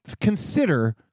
consider